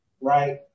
right